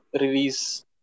release